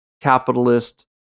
capitalist